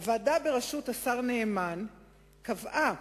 הוועדה בראשות השר נאמן קבעה: